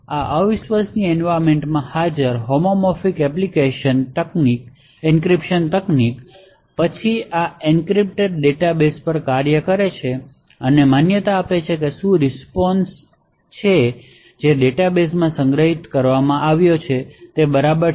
આ અવિશ્વસનીય એનવાયરમેંટમાં હાજર હોમોમોર્ફિક એન્ક્રિપ્શન તકનીક પછી આ એન્ક્રિપ્ટેડ ડેટાબેઝ પર કાર્ય કરે છે અને માન્યતા આપે છે કે શું રિસ્પોન્સ રિસ્પોન્સ છે જે ડેટાબેઝ માં સંગ્રહિત છે